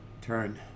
Turn